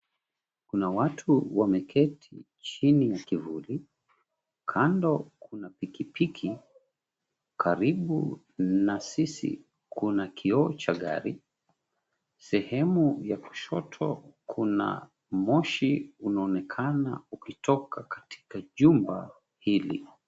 Kuna watu wameketi chini ya kivuli, kando kuna pikipiki, karibu na sisi kuna kioo cha gari, sehemu ya kushoto kuna moshi unaoonekana ukitoka katika jumba hli.